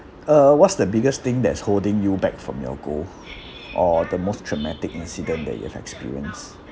uh what's the biggest thing that's holding you back from your goal or the most traumatic incident that you have experienced